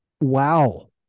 wow